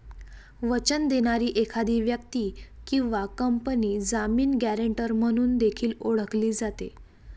वचन देणारी एखादी व्यक्ती किंवा कंपनी जामीन, गॅरेंटर म्हणून देखील ओळखली जाते